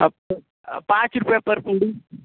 अब पाँच रूपये पर पूरी